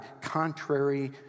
contrary